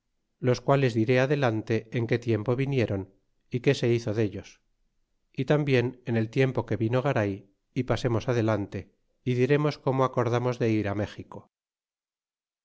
los quales diré adelante en qué tiempo vinieron e qué se hizo dellos y tambien en el tiempo que vino garay y pasemos adelante é diremos como acordamos de ir méxico